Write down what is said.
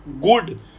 good